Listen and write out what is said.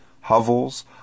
hovels